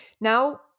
Now